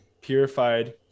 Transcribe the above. purified